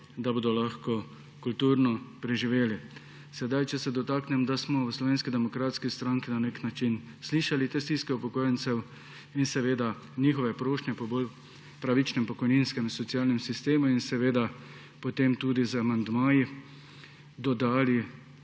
da bodo lahko kulturno preživeli. Če se dotaknem tega, smo v Slovenski demokratski stranki na neki način slišali te stiske upokojencev in njihove prošnje po bolj pravičnem pokojninskem in socialnem sistemu in potem tudi z amandmaji dodali